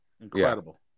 Incredible